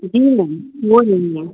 जी ma'am हो रही हैं